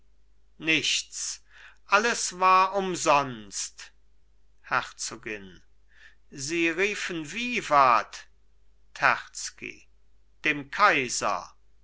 nichts alles war umsonst herzogin sie riefen vivat terzky dem kaiser